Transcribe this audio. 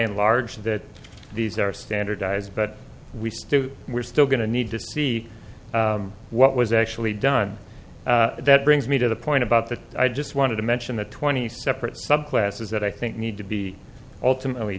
and large that these are standardized but we still we're still going to need to see what was actually done that brings me to the point about that i just wanted to mention the twenty separate subclasses that i think need to be ultimately